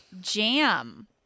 jam